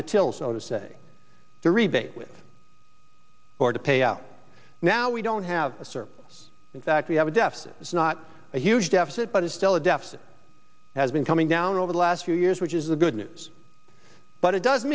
the till so to say the rebate with or to pay out now we don't have a server in fact we have a deficit it's not a huge deficit but it's still a deficit has been coming down over the last few years which is the good news but it does